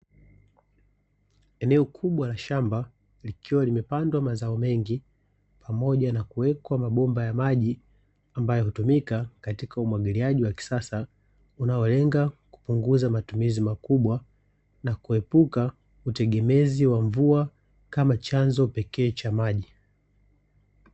Eneo kubwa la shamba likiwa limepandwa mazao mengi, pamoja na kuwekwa mabomba ya maji, ambayo hutumika katika umwagiliaji wa kisasa unaolenga kupunguza matumizi makubwa, na kuepuka utegemezi wa mvua kama chanzo pekee cha maji.